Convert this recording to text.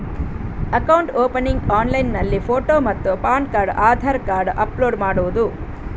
Account opening ಆನ್ಲೈನ್ನಲ್ಲಿ photo ಮತ್ತು PAN card Aadhaar card upload ಮಾಡುವುದು?